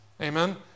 Amen